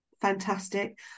fantastic